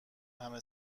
همه